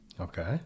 Okay